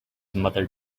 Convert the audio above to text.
mother